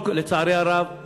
לצערי הרב,